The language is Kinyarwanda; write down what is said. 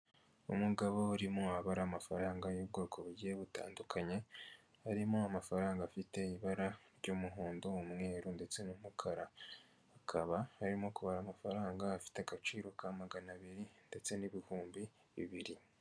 Umugabo urimo abara amafaranga y'ubwoko bugiye butandukanye, harimo amafaranga afite ibara ry'umuhondo umweru ndetse n'umukara, akaba arimo kubara amafaranga afite agaciro ka magana abiri ndetse n'ibihumbi bibiri.